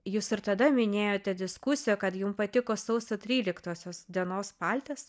jūs ir tada minėjote diskusijoje kad jum patiko sausio tryliktosios dienos paltas